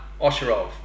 Oshirov